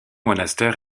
monastère